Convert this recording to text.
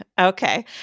Okay